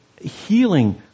healing